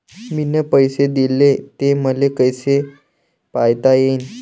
मिन पैसे देले, ते मले कसे पायता येईन?